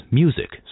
music